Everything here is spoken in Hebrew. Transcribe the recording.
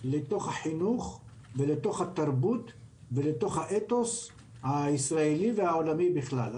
לתוך החינוך ולתוך התרבות ולתוך האתוס הישראלי והעולמי בכלל.